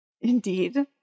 Indeed